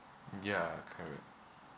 ya correct